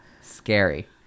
scary